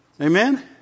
Amen